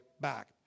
back